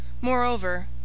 Moreover